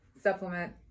supplement